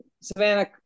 Savannah